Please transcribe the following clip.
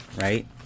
right